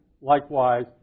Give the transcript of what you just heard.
likewise